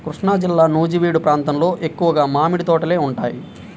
కృష్ణాజిల్లా నూజివీడు ప్రాంతంలో ఎక్కువగా మామిడి తోటలే ఉంటాయి